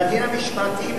והדין המשמעתי,